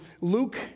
Luke